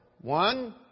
One